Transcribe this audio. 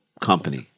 company